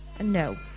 no